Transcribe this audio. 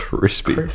Crispy